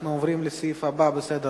אנחנו עוברים לסעיף הבא בסדר-היום: